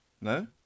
No